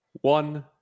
One